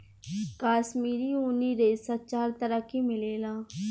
काश्मीरी ऊनी रेशा चार तरह के मिलेला